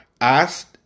asked